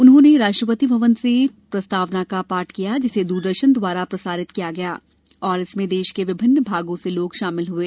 उन्होंने राष्ट्रपति भवन से प्रस्तावना का पाठ किया जिसे दूरदर्शन द्वारा प्रसारित किया गया और इसमें देश के विभिन्न भागों से लोग शामिल हुए